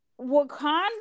wakanda